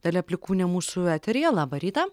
dalia plikūnė mūsų eteryje labą rytą